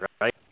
right